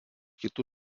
kitų